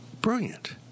Brilliant